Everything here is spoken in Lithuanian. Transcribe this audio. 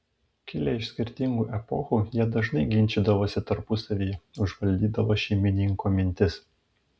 kilę iš skirtingų epochų jie dažnai ginčydavosi tarpusavyje užvaldydavo šeimininko mintis